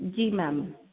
जी ma'am